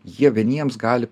jie vieniems gali